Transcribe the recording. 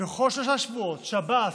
בכל שלושה שבועות: שב"ס,